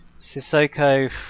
Sissoko